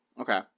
Okay